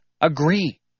agree